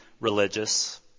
Religious